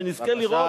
שנזכה לראות,